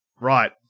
Right